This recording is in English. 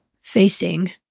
facing